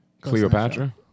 Cleopatra